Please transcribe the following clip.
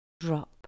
drop